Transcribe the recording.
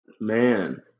Man